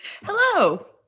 Hello